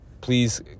Please